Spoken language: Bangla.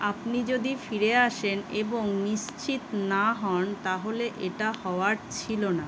আপনি যদি ফিরে আসেন এবং নিশ্চিত না হন তাহলে এটা হওয়ার ছিল না